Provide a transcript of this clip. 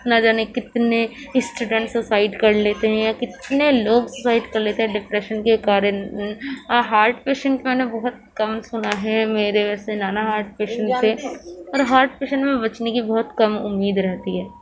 نہ جانے کتنے اسٹوڈنٹ سوسائیڈ کر لیتے ہیں کتنے لوگ سوسائیڈ کر لیتے ہیں ڈپریشن کے کارن ہارٹ پیشنٹ میں نے بہت کم سنا ہے میرے ویسے نانا ہارٹ پیشنٹ تھے اور ہارٹ پیشنٹ میں بچنے کی بہت کم امید رہتی ہے